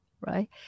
right